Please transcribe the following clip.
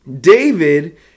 David